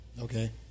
Okay